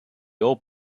old